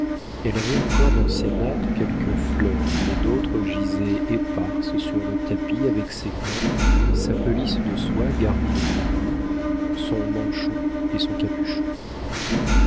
elle avait encore dans ses nattes quelques fleurs mais d'autres gisaient éparses sur le tapis avec ses gants sa pelisse de soie garnie de fourrures son manchon et son capuchon